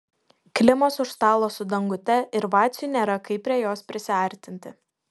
klimas už stalo su dangute ir vaciui nėra kaip prie jos prisiartinti